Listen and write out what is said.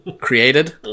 created